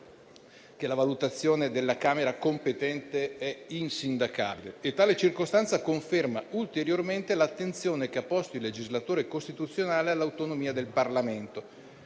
che la valutazione della Camera competente è insindacabile. Tale circostanza conferma ulteriormente l'attenzione che ha posto il legislatore costituzionale all'autonomia del Parlamento,